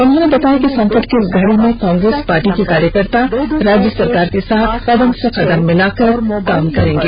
उन्होंने बताया कि संकट की इस घड़ी में कांग्रेस पार्टी के कार्यकर्ता राज्य सरकार के साथ कदम से कदम मिलाकर काम करेंगे